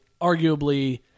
arguably